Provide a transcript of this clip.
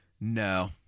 No